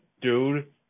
dude